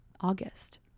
August